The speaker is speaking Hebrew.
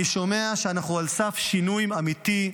אני שומע שאנחנו על סף שינוי אמיתי,